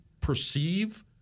perceive